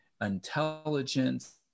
intelligence